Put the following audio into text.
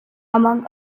among